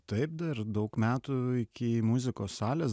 taip dar daug metų iki muzikos salės